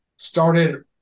Started